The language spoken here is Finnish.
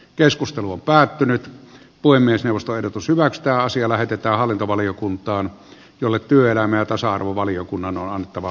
keskustelu on päättynyt voimistelusta irtosi vaikka asia lähetetään hallintovaliokuntaan jolle työelämän tasa arvovaliokunnan antava